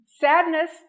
Sadness